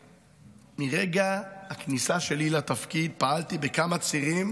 מרגע הכניסה שלי לתפקיד פעלתי בכמה צירים